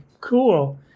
cool